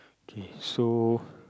K so